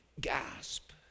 gasp